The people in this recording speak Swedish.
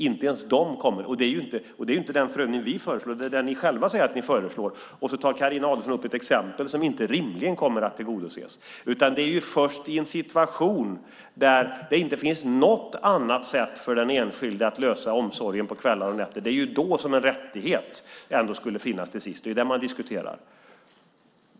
Det är inte det som vi föreslår, utan det är det som ni själva säger att ni föreslår, och så tar Carina Adolfsson Elgestam upp ett exempel som inte rimligen kommer att tillgodoses. Men det är först i en situation där det inte finns något annat sätt för den enskilda familjen att lösa omsorgen på kvällar och nätter som en rättighet till sist skulle finnas. Det är det man diskuterar.